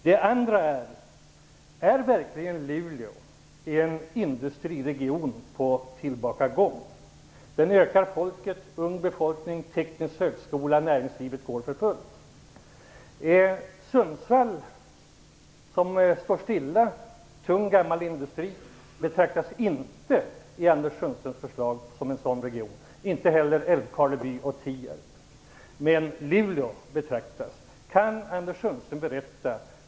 Sedan undrar jag om Luleå verkligen är en industriregion på tillbakagång. Regionen visar på en ökad ung befolkning, man har en teknisk högskola och näringslivet går för fullt. Sundsvall som står stilla och har tung, gammal industri, betraktas inte i Anders Sundströms förslag som en industriregion på tillbakagång; inte heller Älvkarleby och Tierp.